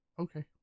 okay